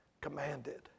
commanded